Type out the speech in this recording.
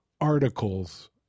articles